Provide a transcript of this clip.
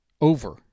over